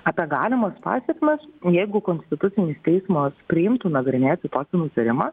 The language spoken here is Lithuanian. apie galimas pasekmes jeigu konstitucinis teismas priimtų nagrinėti tokį nutarimą